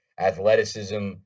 athleticism